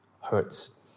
hurts